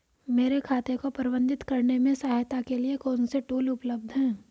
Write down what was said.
मेरे खाते को प्रबंधित करने में सहायता के लिए कौन से टूल उपलब्ध हैं?